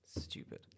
Stupid